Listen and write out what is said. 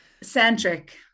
Centric